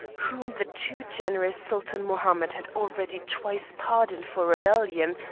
whom the too generous sultan mohammed had already twice pardoned for rebellion,